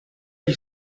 gli